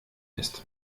ist